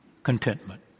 contentment